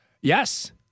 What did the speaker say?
Yes